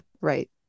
Right